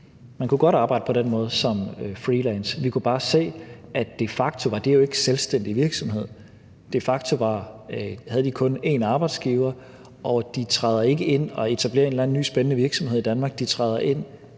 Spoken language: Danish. Man kunne godt arbejde på den måde som freelance, men vi kunne bare se, at det de facto jo ikke var selvstændig virksomhed. De facto havde de kun en arbejdsgiver, og de træder ikke ind og etablerer en eller anden ny spændende virksomhed i Danmark. De træder ind